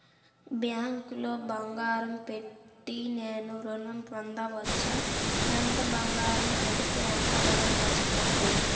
బ్యాంక్లో బంగారం పెట్టి నేను ఋణం పొందవచ్చా? ఎంత బంగారం పెడితే ఎంత ఋణం వస్తుంది?